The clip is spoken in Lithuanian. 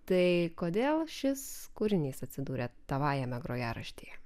tai kodėl šis kūrinys atsidūrė tavajame grojaraštyje